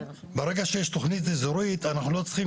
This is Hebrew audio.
ברגע שיש תכנית איזורית אנחנו לא צריכים